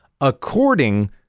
according